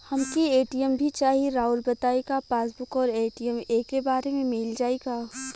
हमके ए.टी.एम भी चाही राउर बताई का पासबुक और ए.टी.एम एके बार में मील जाई का?